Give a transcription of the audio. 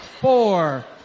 four